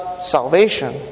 salvation